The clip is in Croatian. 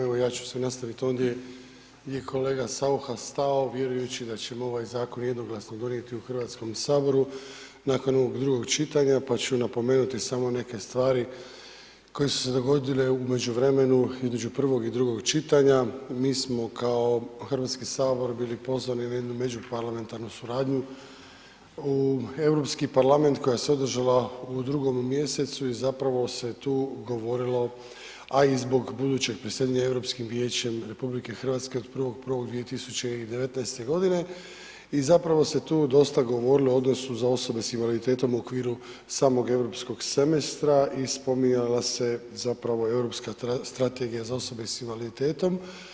Evo ja ću nastaviti ovdje gdje je kolega Saucha stao vjerujući da ćemo ovaj zakon jednoglasno donijeti u Hrvatskom saboru nakon ovog drugog čitanja pa ću napomenuti samo neke stvari koje su se dogodile u međuvremenu, između prvog i drugog čitanja, mi smo kao Hrvatski sabor bili pozvani na jednu međuparlamentarnu suradnju u Europski parlament koja se održala u 2. mj. i zapravo se tu ugovorila a zbog budućeg predsjedanja Europskim vijećem RH 1.1.2019. i zapravo se tu dosta govorilo o odnosu za osobe sa invaliditetom u okviru samog europskog semestra i spominjala se zapravo europska strategija za osobe sa invaliditetom.